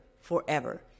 forever